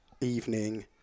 evening